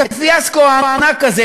את הפיאסקו הענק הזה,